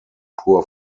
poor